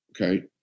Okay